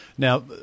Now